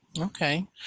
Okay